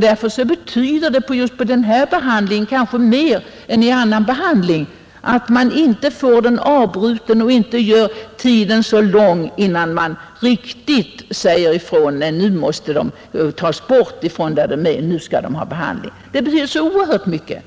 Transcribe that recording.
Det betyder just för denna behandling kanske mer än när det gäller annan behandling att man inte avbryter den eller låter för lång tid gå innan man säger att missbrukarna måste tas bort från sin miljö för att få behandling. Det betyder så oerhört mycket.